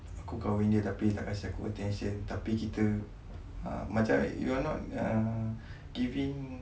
aku kahwin dia tapi dia tak kasi aku attention tapi kita ah macam you're not ah giving both